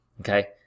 Okay